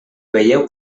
veieu